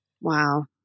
Wow